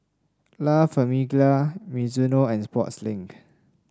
La Famiglia Mizuno and Sportslink